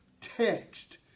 text